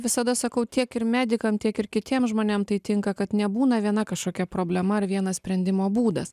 visada sakau tiek ir medikam tiek ir kitiem žmonėm tai tinka kad nebūna viena kažkokia problema ar vienas sprendimo būdas